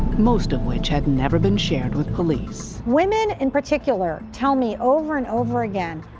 most of which had never been shared with police. women, in particular, tell me over and over again,